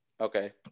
Okay